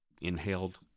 Inhaled